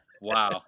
Wow